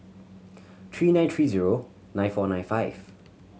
three nine three zero nine four nine five